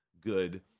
good